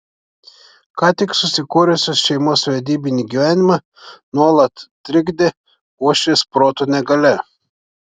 ką tik susikūrusios šeimos vedybinį gyvenimą nuolat trikdė uošvės proto negalia